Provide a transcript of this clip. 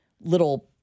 little